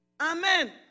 Amen